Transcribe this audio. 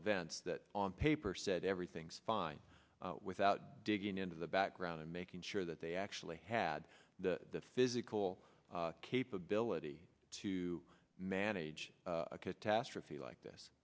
events that on paper said everything's fine without digging into the background and making sure that they actually had the physical capability to manage a catastrophe like this